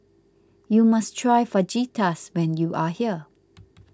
you must try Fajitas when you are here